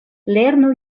lernu